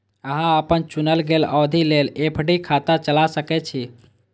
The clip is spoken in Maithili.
अहां अपन चुनल गेल अवधि लेल एफ.डी खाता चला सकै छी